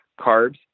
carbs